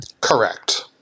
Correct